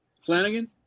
Flanagan